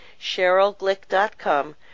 cherylglick.com